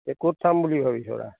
এই ক'ত চাম বুলি ভাবিছোঁ ৰাস